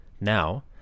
Now